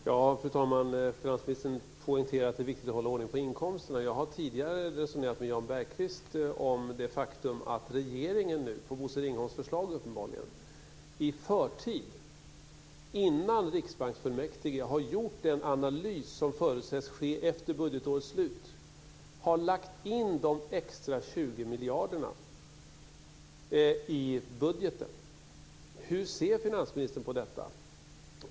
Fru talman! Finansministern poängterar att det är viktigt att hålla ordning på inkomsterna. Jag har tidigare resonerat med Jan Bergqvist om det faktum att regeringen nu, på Bosse Ringholms förslag uppenbarligen, i förtid, innan Riksbanksfullmäktige har gjort den analys som förutsätts ske efter budgetårets slut har lagt in de extra 20 miljarderna i budgeten. Hur ser finansministern på detta?